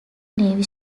navy